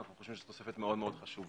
אנחנו חושבים שזו תוספת מאוד מאוד חשובה.